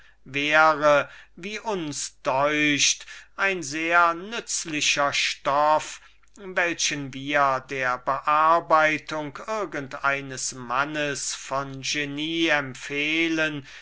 wäre wie uns deucht ein sehr nützlicher stoff den wir der bearbeitung irgend eines mannes von genie empfehlen